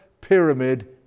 pyramid